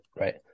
right